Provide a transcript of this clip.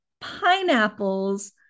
pineapples